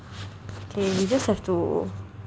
kay we just have to